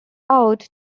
out